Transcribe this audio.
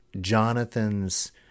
Jonathan's